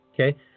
Okay